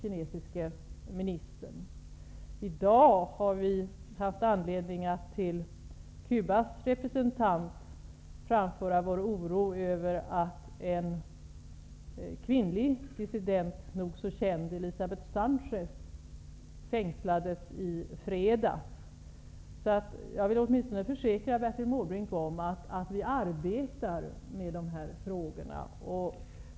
I dag har vi haft anledning att till Cubas representant framföra vår oro över att en känd kvinnlig dissident, Elisabet Sánchez, fängslades i fredags. Jag vill åtminstone försäkra Bertil Måbrink om att vi arbetar med dessa frågor.